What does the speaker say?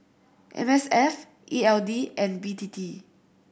M S F E L D and B T T